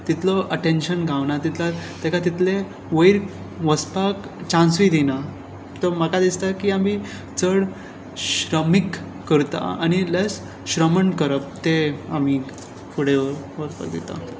तितलो अटॅन्शन गावना ताका तितले वयर वचपाक चान्सूय दिना तर म्हाका दिसता की आमी चड श्रामीक करता आनी लेस श्रमण करप तें आमी फुडें वचपाक दिता